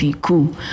cool